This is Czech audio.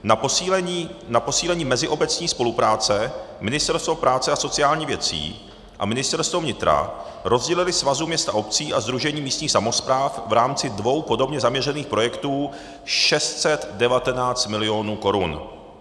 Na posílení meziobecní spolupráce Ministerstvo práce a sociálních věcí a Ministerstvo vnitra rozdělily svazům měst a obcí a sdružením místních samospráv v rámci dvou podobně zaměřených projektů 619 mil. korun.